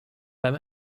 beim